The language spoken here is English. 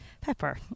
Pepper